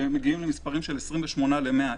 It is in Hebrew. ומגיעים למספרים של 28 ל-100,000.